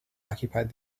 occupied